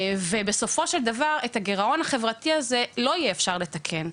ובסופו של דבר את הגרעון החברתי הזה לא יהיה אפשר לתקן.